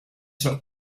sur